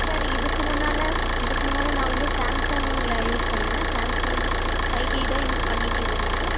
sir இதுக்கு முன்னால் இதுக்கு முன்னால் நான் வந்து சாம்சங்கில் யூஸ் பண்ணேன் சாம்சங் ஃபைவ் ஜி தான் யூஸ் பண்ணிகிட்டு இருந்தேன்